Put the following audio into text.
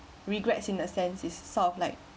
regrets in a sense is sort of like